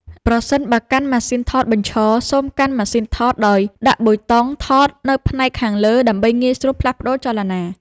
ប្រសិនបើកាន់ម៉ាស៊ីនថតបញ្ឈរ សូមកាន់ម៉ាស៊ីនថតដោយដាក់ប៊ូតុងថតនៅផ្នែកខាងលើ ដើម្បីងាយស្រួលផ្លាស់ប្តូរចលនា។